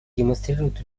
демонстрирует